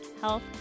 Health